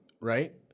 right